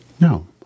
No